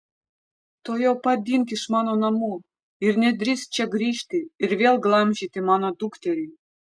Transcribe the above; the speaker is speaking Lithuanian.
tuojau pat dink iš mano namų ir nedrįsk čia grįžti ir vėl glamžyti mano dukterį